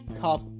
Cup